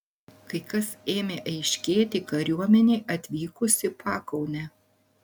kai kas ėmė aiškėti kariuomenei atvykus į pakaunę